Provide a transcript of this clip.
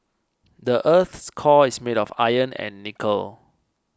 the earth's core is made of iron and nickel